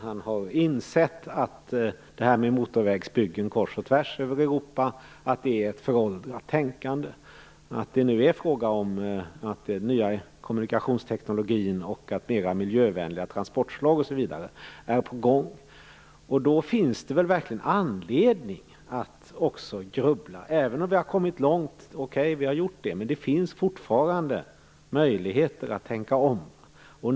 Han har insett att det är ett föråldrat tänkande att bygga motorvägar kors och tvärs i Europa, att den nya kommunikationsteknologin med mer miljövänliga transportsätt osv. är på gång. Även om vi har kommit långt, finns det fortfarande möjligheter att tänka om.